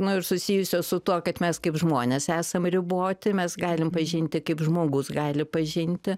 nu ir susijusio su tuo kad mes kaip žmonės esam riboti mes galim pažinti kaip žmogus gali pažinti